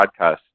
podcast